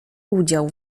udział